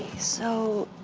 so.